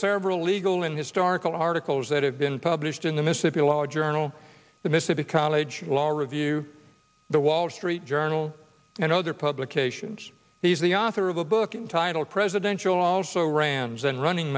several legal and historical articles that have been published in the mississippi law journal the mississippi college law review the wall street journal and other publications he's the author of a book entitled presidential also rans and running